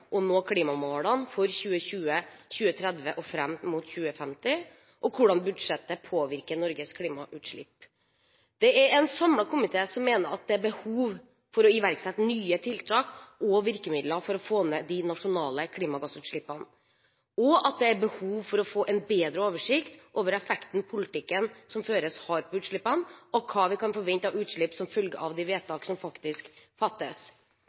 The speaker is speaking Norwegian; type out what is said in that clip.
å nå klimamålene for 2020, 2030 og fram mot 2050, og hvordan budsjettet påvirker Norges klimautslipp. Det er en samlet komité som mener at det er behov for å iverksette nye tiltak og virkemidler for å få ned de nasjonale klimagassutslippene, og at det er behov for å få en bedre oversikt over effekten politikken som føres, har på utslippene, og hva vi kan forvente av utslipp som følge av de vedtak som faktisk fattes.